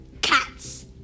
cats